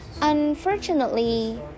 Unfortunately